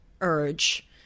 urge